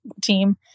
team